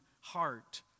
heart